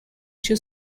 two